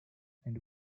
and